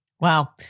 Wow